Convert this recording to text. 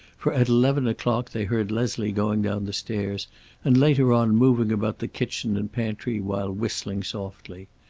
for at eleven o'clock they heard leslie going down the stairs and later on moving about the kitchen and pantry while whistling softly.